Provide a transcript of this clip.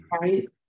right